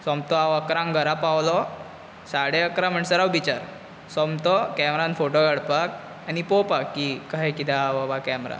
सोमतो हांव इकरांक घरा पावलो साडे इकरा म्हणसर हांव बिचार सोमतो केमेरान फोटो काडपाक आनी पोवपाक की कशें कितें आहा बाबा केमेरा